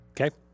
Okay